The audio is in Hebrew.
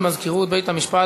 גבעת-עמל,